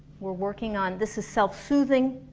we're working on this is self-soothing.